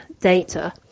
data